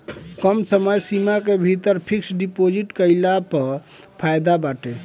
कम समय सीमा के भीतर फिक्स डिपाजिट कईला पअ फायदा बाटे